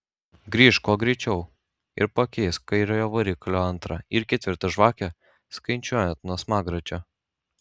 grįžk kuo greičiau ir pakeisk kairiojo variklio antrą ir ketvirtą žvakę skaičiuojant nuo smagračio